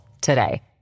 today